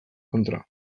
kontra